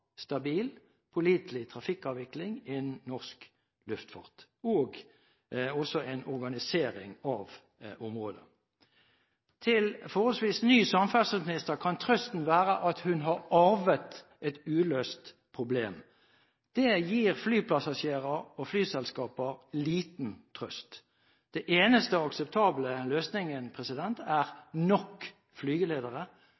stabil, pålitelig trafikkavvikling i norsk luftfart – og også en organisering av området. Til en forholdsvis ny samferdselsminister kan trøsten være at hun har arvet et uløst problem. Det gir flypassasjerer og flyselskaper liten trøst. Den eneste akseptable løsningen